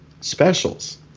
specials